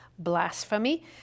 Blasphemy